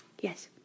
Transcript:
Yes